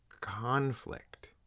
conflict